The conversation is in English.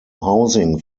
housing